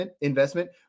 investment